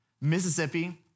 Mississippi